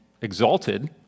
exalted